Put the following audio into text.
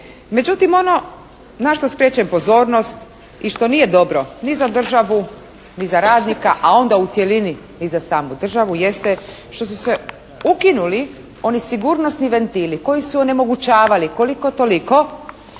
Međutim ono na što skreće pozornost i što nije dobro ni za državu ni za radnika a onda u cjelini ni za samu državu jeste što su se ukinuli oni sigurnosni ventili koji su onemogućavali koliko toliko